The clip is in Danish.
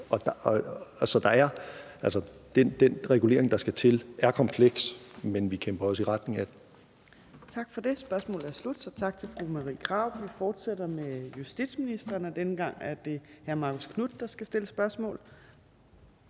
Den regulering, der skal til, er kompleks, men vi kæmper os i retning af den. Kl. 15:23 Fjerde næstformand (Trine Torp): Tak for det. Spørgsmålet er slut, så tak til fru Marie Krarup. Vi fortsætter med justitsministeren, og denne gang er det hr. Marcus Knuth, der skal stille spørgsmål.